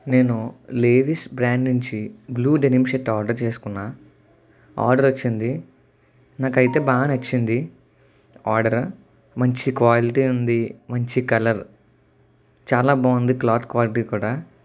నేను Levi's brand నుంచి blue denim shirt order చేసుకున్నాను ఆర్డర్ వచ్చింది నాకయితే బాగా నచ్చింది ఆర్డరు మంచి క్వాలిటీ ఉంది మంచి కలర్ చాలా బాగుంది క్లాత్ క్వాలిటీ కూడా